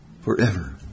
forever